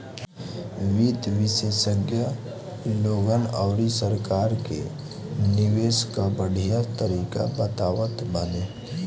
वित्त विशेषज्ञ लोगन अउरी सरकार के निवेश कअ बढ़िया तरीका बतावत बाने